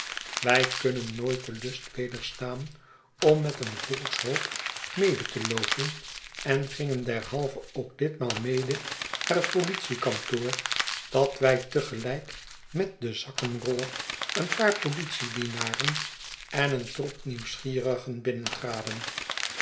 wij kunnen nooit den lust wederstaan om met een volkshoop mede te loopen en gingen derhalve ook ditmaal mede naar hetpolitiekantoor dat wij te gelijk met den zakkenroller een paar politiedienaren en een troep nieuwsgierigen